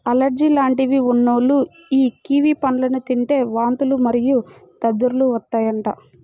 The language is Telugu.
అలెర్జీ లాంటివి ఉన్నోల్లు యీ కివి పండ్లను తింటే వాంతులు మరియు దద్దుర్లు వత్తాయంట